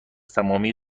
تمامی